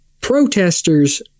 protesters